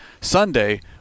Sunday